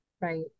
right